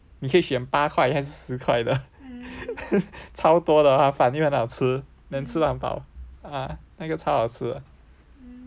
你可以选八块还是十块的超多的它的饭吃因为很好吃 then 吃到很饱 ah 那个超好吃的